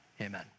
Amen